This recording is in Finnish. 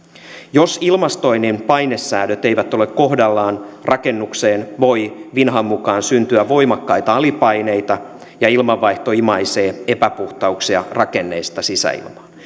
jos ilmastoinnin painesäädöt eivät ole kohdallaan rakennukseen voi vinhan mukaan syntyä voimakkaita alipaineita ja ilmanvaihto imaisee epäpuhtauksia rakenteista sisäilmaan